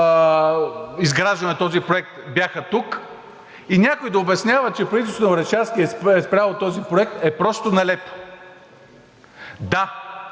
изграждането на проекта. И някой да обяснява, че правителството на Орешарски е спряло този проект, е просто нелепо. Да,